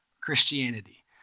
Christianity